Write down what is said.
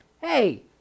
hey